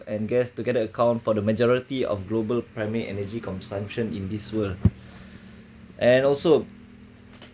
and guest to get the account for the majority of global primary energy consumption in this world and also